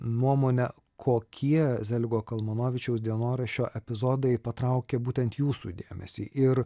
nuomone kokie zeligo kalmanovičiaus dienoraščio epizodai patraukė būtent jūsų dėmesį ir